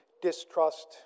distrust